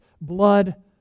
blood